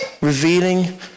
revealing